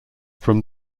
from